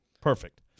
Perfect